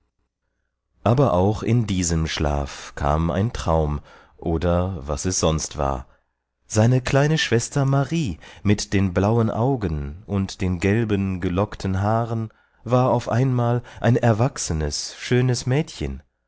aber auch in diesem schlaf kam ein traum oder was es sonst war seine kleine schwester marie mit den blauen augen und den gelben gelockten haaren war auf einmal ein erwachsenes schönes mädchen